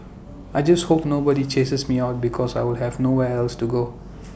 I just hope nobody chases me out because I will have nowhere else to go